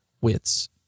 wits